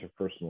interpersonal